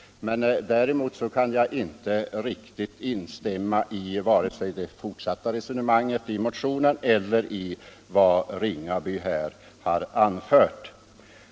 Däremot kan jag inte riktigt instämma i vare sig det fortsatta resonemanget i motionen eller i vad herr Ringaby här har anfört.